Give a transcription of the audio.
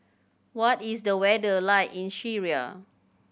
what is the weather like in Syria